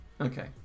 okay